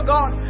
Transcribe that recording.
God